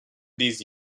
these